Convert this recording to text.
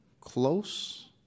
close